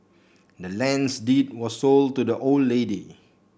the land's deed was sold to the old lady